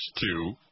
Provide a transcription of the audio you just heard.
two